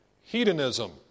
hedonism